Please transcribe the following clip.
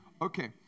Okay